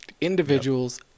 Individuals